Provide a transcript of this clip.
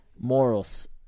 morals